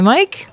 Mike